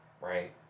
right